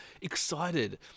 excited